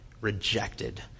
rejected